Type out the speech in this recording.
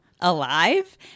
alive